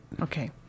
Okay